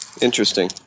Interesting